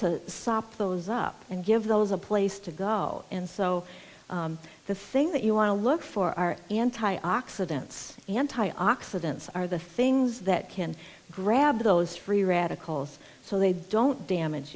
to sop those up and give those a place to go and so the things that you want to look for are anti oxidants anti oxidants are the things that can grab those free radicals so they don't damage